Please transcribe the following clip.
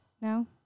No